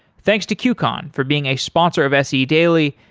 thanks to qcon for being a sponsor of se daily.